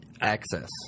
access